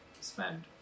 spend